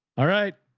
alright,